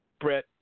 brett